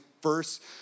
first